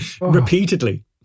repeatedly